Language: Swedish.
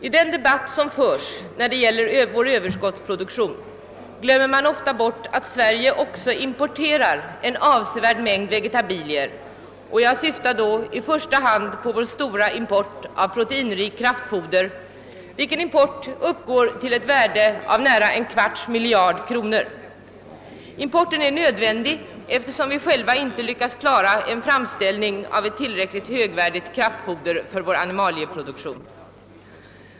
I debatten om vår överskottsproduktion glömmer man ofta bort att Sverige också importerar en avsevärd mängd vegetabilier. Jag syftar då i första hand på vår stora import av proteinrikt kraftfoder, vilken import uppgår till ett värde av nära en kvarts miljard kronor. Denna import är nödvändig, eftersom vi själva inte lyckats framställa ett tillräckligt högvärdigt kraftfoder för vår animalieproduktion.